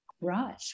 Right